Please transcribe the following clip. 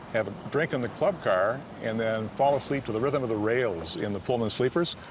have a drink in the club car and then fall asleep to the rhythm of the rails in the pullman sleepers.